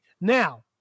Now